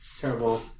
Terrible